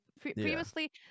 previously